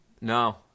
No